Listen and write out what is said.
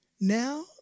Now